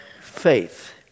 faith